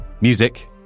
Music